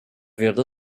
verde